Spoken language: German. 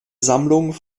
sammlung